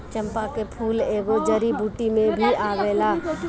चंपा के फूल एगो जड़ी बूटी में भी आवेला